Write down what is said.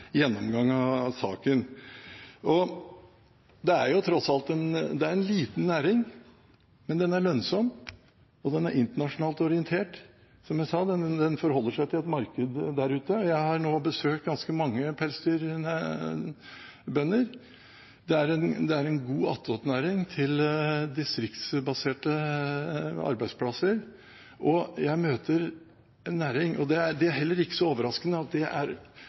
gjennomgang av saken. Det er tross alt en liten næring, men den er lønnsom og den er internasjonalt orientert. Som jeg sa: Den forholder seg til et marked der ute. Jeg har nå besøkt ganske mange pelsdyrbønder. Det er en god attåtnæring til distriktsbaserte arbeidsplasser. Jeg møter en næring der i hvert fall de aktørene jeg har møtt – og det er heller ikke så overraskende – er uhyre seriøse mennesker som tar sitt ansvar på alvor, og det er,